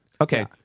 okay